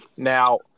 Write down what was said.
Now